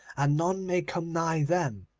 and none may come nigh them.